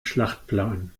schlachtplan